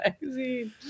Magazine